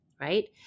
right